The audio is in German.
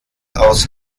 aus